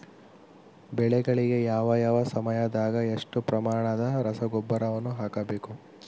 ಬೆಳೆಗಳಿಗೆ ಯಾವ ಯಾವ ಸಮಯದಾಗ ಎಷ್ಟು ಪ್ರಮಾಣದ ರಸಗೊಬ್ಬರವನ್ನು ಹಾಕಬೇಕು?